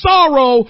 Sorrow